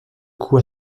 coup